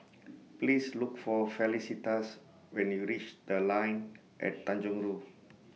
Please Look For Felicitas when YOU REACH The Line At Tanjong Rhu